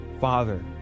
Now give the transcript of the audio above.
father